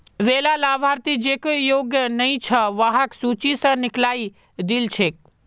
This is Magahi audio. वैला लाभार्थि जेको योग्य नइ छ वहाक सूची स निकलइ दिल छेक